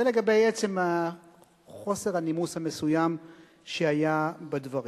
זה לגבי עצם חוסר הנימוס המסוים שהיה בדברים.